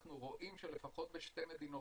ואנחנו רואים שלפחות בשתי מדינות,